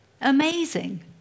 Amazing